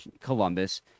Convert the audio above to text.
Columbus